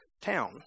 town